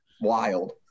wild